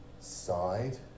side